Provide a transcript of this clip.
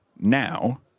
now